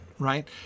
Right